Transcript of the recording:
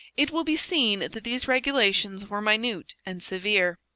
it will be seen that these regulations were minute and severe.